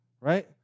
Right